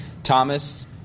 Thomas